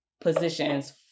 positions